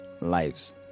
lives